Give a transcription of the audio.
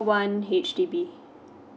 one H_D_B